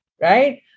right